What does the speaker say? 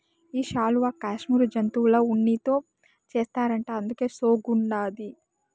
ఈ శాలువా కాశ్మీరు జంతువుల ఉన్నితో చేస్తారట అందుకే సోగ్గుండాది